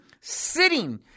sitting